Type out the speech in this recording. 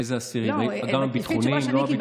איזה אסירים, גם הביטחוניים?